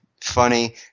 funny